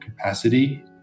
Capacity